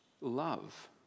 love